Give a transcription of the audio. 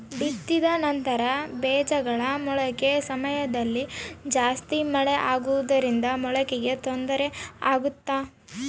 ಬಿತ್ತಿದ ನಂತರ ಬೇಜಗಳ ಮೊಳಕೆ ಸಮಯದಲ್ಲಿ ಜಾಸ್ತಿ ಮಳೆ ಆಗುವುದರಿಂದ ಮೊಳಕೆಗೆ ತೊಂದರೆ ಆಗುತ್ತಾ?